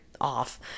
off